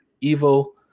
Evil